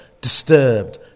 disturbed